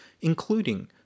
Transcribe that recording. including